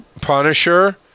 Punisher